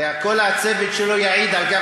וכל הצוות שלו יעיד על כך.